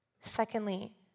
Secondly